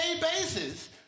basis